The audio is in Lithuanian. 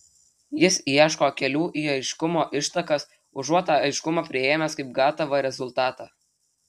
jis ieško kelių į aiškumo ištakas užuot tą aiškumą priėmęs kaip gatavą rezultatą